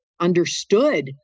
understood